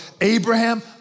Abraham